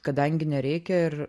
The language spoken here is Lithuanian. kadangi nereikia ir